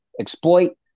exploit